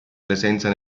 presenza